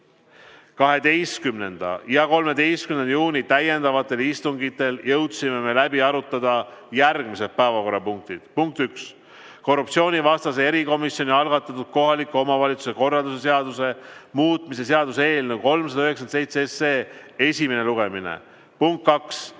12. ja 13. juuni täiendavatel istungitel jõudsime me läbi arutada järgmised päevakorrapunktid. Punkt üks, korruptsioonivastase erikomisjoni algatatud kohaliku omavalitsuse korralduse seaduse muutmise seaduse eelnõu 397 esimene lugemine.